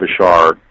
Bashar